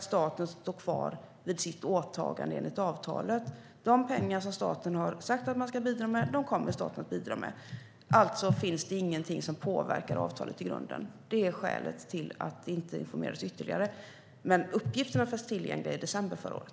Staten står kvar vid sitt åtagande enligt avtalet. De pengar som staten har sagt att man ska bidra med kommer staten att bidra med. Alltså finns det ingenting som påverkar avtalet i grunden. Det är skälet till att det inte informerades ytterligare. Men uppgifterna fanns tillgängliga i december förra året.